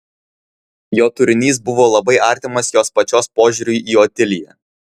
jo turinys buvo labai artimas jos pačios požiūriui į otiliją